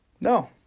No